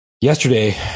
yesterday